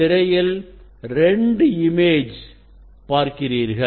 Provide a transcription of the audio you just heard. திரையில் 2 இமேஜ் பார்க்கிறீர்கள்